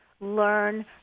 learn